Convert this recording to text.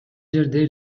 жерде